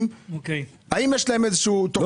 רשות החברות, האם יש תוכנית הבראה?